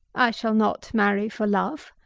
i shall not marry for love,